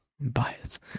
Bias